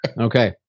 okay